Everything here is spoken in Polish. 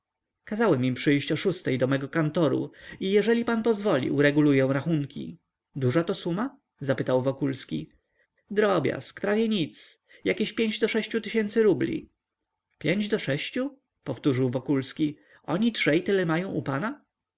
im przyjść o szóstej do mego kantoru i jeżeli pan pozwoli ureguluję rachunki duża to suma zapytał wokulski drobiazg prawie nic jakieś pięć do sześciu tysięcy rubli pięć do sześciu powtórzył wokulski oni trzej tyle mają